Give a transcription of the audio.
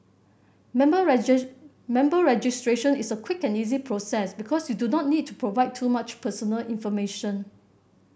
member member registration is a quick and easy process because you do not need to provide too much personal information